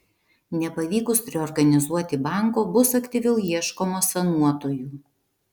nepavykus reorganizuoti banko bus aktyviau ieškoma sanuotojų